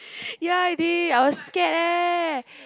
ya I did I was scared eh